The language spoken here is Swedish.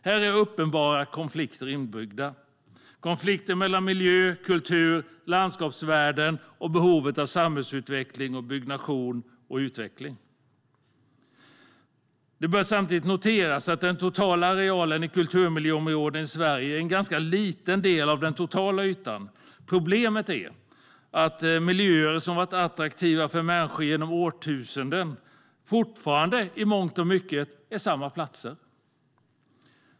Här är uppenbara konflikter inbyggda mellan miljö, kultur och landskapsvärden och behovet av samhällsutveckling, byggnation och utveckling. Det bör noteras att den sammanlagda arealen i kulturmiljöområden i Sverige är en ganska liten del av den totala ytan. Problemen är att miljöer som varit attraktiva för människor genom årtusenden fortfarande i mångt och mycket är det.